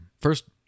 first